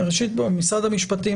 הדרג המקצועי של משרד המשפטים,